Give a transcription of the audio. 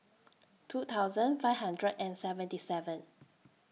two thousand five hundred and seventy seven